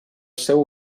seu